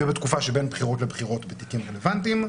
ובתקופה שבין בחירות לבחירות בתיקים רלוונטיים.